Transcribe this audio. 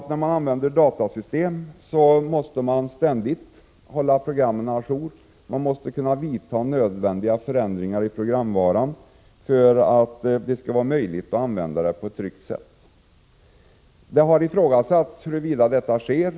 När man använder datasystem måste man ständigt hålla programmen å jour. Man måste kunna vidta nödvändiga förändringar i programvaran för att det skall vara möjligt att använda systemet på ett tryggt sätt. Det har ifrågasatts huruvida detta sker.